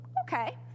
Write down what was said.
Okay